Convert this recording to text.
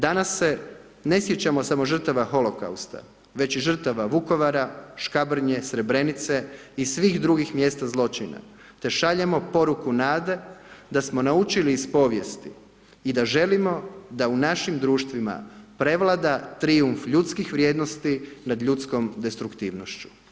Danas se ne sjećamo samo žrtava holokausta, već i žrtava Vukovara, Škabrnje, Srebrenice i svih drugih mjesta zločina, te šaljemo poruku nade, da smo naučili iz povijesti i da želimo da u našim društvima prevlada trijumf ljudskih vrijednosti nad ljudskom destruktivnošću.